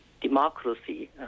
democracy